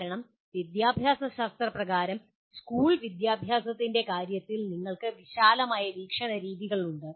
കാരണം വിദ്യാഭ്യാസ ശാസ്ത്രപ്രകാരം സ്കൂൾ വിദ്യാഭ്യാസത്തിന്റെ കാര്യത്തിൽ നിങ്ങൾക്ക് വിശാലമായ വീക്ഷിണരീതികളുണ്ട്